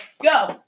go